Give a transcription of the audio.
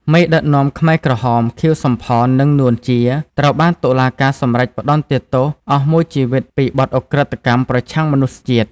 មេដឹកនាំខ្មែរក្រហម ខៀវ សំផន និង នួន ជា ត្រូវបានតុលាការសម្រេចផ្ដន្ទាទោសអស់មួយជីវិតពីបទឧក្រិដ្ឋកម្មប្រឆាំងមនុស្សជាតិ។